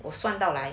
我算到来